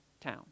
town